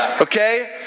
Okay